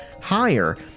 higher